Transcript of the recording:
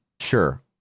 sure